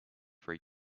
free